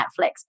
Netflix